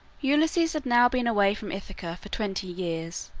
ulysses had now been away from ithaca for twenty years,